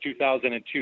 2002